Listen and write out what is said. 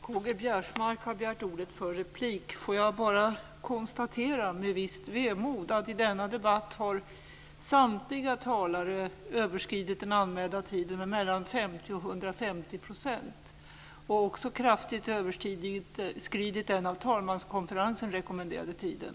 Får jag med visst vemod konstatera att i denna debatt har samtliga talare överskridit den anmälda tiden med 50-150 % och också kraftigt överskridit den av talmanskonferensen rekommenderade tiden.